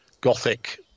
gothic